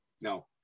No